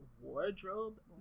wardrobe